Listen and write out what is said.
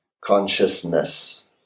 consciousness